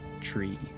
tree